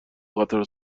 قطار